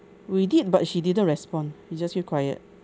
we did but she didn't respond she just keep quiet